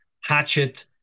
hatchet